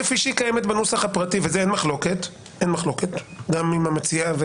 כפי שהיא קיימת בנוסח הפרטי ועל זה אין מחלוקת גם אם המציעה,